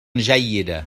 جيدة